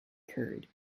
curd